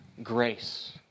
Grace